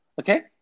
Okay